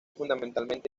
fundamentalmente